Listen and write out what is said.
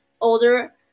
older